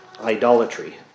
idolatry